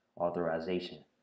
authorization